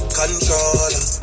controller